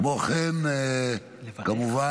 כמו כן, כמובן,